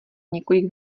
několik